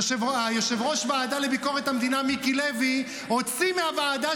יושב-ראש הוועדה לביקורת המדינה מיקי לוי הוציא מהוועדה